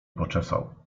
poczesał